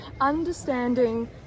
understanding